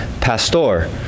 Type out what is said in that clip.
pastor